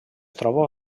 troba